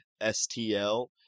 S-T-L